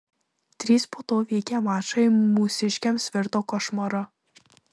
trys po to vykę mačai mūsiškiams virto košmaru